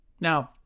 Now